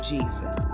Jesus